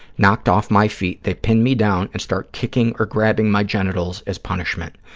knocked off my feet, they pin me down and start kicking or grabbing my genitals as punishment.